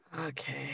okay